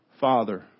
Father